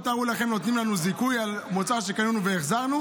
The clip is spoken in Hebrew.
או תארו לכם שנותנים לנו זיכוי על מוצר שקנינו והחזרנו,